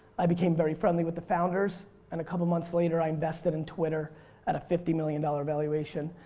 i became very friendly with the founders and a couple months later i invested in twitter at a fifty million dollars valuation.